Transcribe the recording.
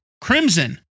Crimson